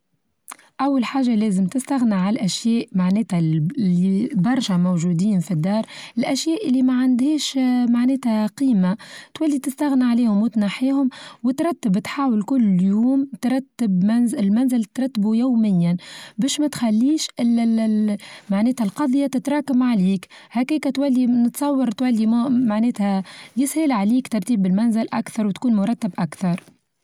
أول حاچة لازم تستغنى عن الأشياء معناتها لي برشا موجودين في الدار الأشياء لي ما عندهاش آآ معناتها قيمة تولي تستغنى عليهم وتنحيهم وترتب تحاول كل يوم ترتب منزل المنزل ترتبه يوميا باش ما تخليش ال-ال معناتها القضية تتراكم عليك هكاكا تولي نتصور تولي معناتها يسهل عليك ترتيب بالمنزل أكثر وتكون مرتب أكثر.